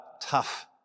tough